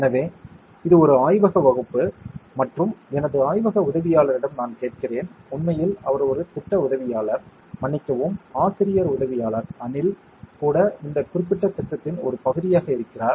எனவே இது ஒரு ஆய்வக வகுப்பு மற்றும் எனது ஆய்வக உதவியாளரிடம் நான் கேட்கிறேன் உண்மையில் அவர் ஒரு திட்ட உதவியாளர் மன்னிக்கவும் ஆசிரியர் உதவியாளர் அனில் கூட இந்த குறிப்பிட்ட திட்டத்தின் ஒரு பகுதியாக இருக்கிறார்